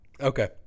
Okay